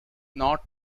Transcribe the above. not